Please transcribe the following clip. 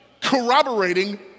Corroborating